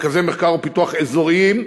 מרכזי מחקר ופיתוח אזוריים,